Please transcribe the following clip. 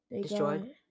Destroyed